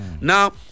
Now